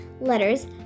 letters